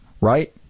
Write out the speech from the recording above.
right